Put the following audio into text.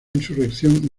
insurrección